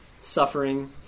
suffering